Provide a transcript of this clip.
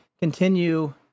continue